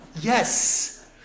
Yes